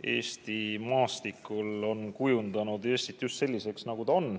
Eesti maastikul on kujundanud Eestit just selliseks, nagu ta on!